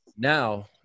now